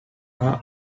are